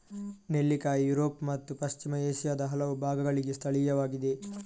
ನೆಲ್ಲಿಕಾಯಿ ಯುರೋಪ್ ಮತ್ತು ಪಶ್ಚಿಮ ಏಷ್ಯಾದ ಹಲವು ಭಾಗಗಳಿಗೆ ಸ್ಥಳೀಯವಾಗಿದೆ